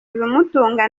ibimutunga